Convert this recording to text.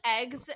eggs